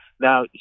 Now